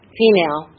female